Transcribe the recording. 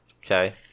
Okay